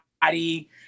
body